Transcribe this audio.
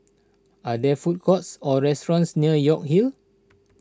are there food courts or restaurants near York Hill